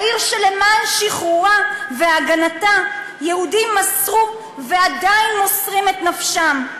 העיר שלמען שחרורה והגנתה יהודים מסרו ועדיין מוסרים את נפשם,